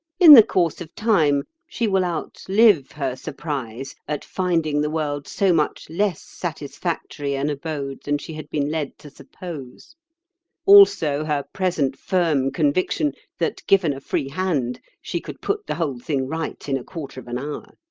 in the course of time she will outlive her surprise at finding the world so much less satisfactory an abode than she had been led to suppose also her present firm conviction that, given a free hand, she could put the whole thing right in a quarter of an hour.